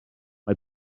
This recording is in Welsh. mae